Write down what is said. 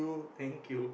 thank you